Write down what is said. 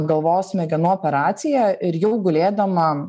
galvos smegenų operaciją ir jau gulėdama